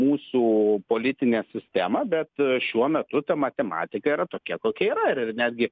mūsų politinę sistemą bet šiuo metu ta matematika yra tokia kokia yra ir ir netgi